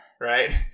right